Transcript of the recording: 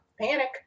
Panic